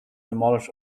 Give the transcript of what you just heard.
demolish